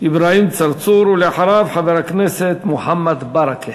אברהים צרצור, ואחריו, חבר הכנסת מוחמד ברכה.